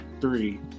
three